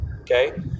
okay